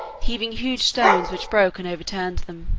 heaving huge stones which broke and overturned them,